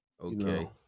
Okay